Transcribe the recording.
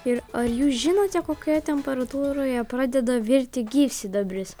ir ar jūs žinote kokioje temperatūroje pradeda virti gyvsidabris